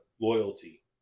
Loyalty